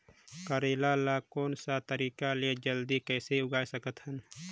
करेला ला कोन सा तरीका ले जल्दी कइसे उगाय सकथन?